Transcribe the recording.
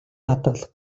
хадгалах